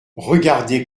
regardez